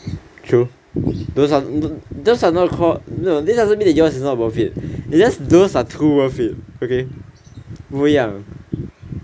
true those are those are not call no this doesn't meant that yours is not worth it it's just those are too worth it okay 不一样